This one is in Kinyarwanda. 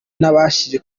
nabashije